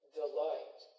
delight